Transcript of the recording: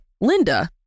Linda